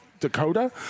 Dakota